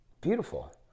beautiful